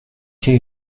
quel